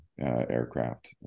aircraft